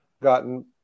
gotten